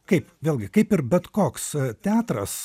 kaip vėlgi kaip ir bet koks teatras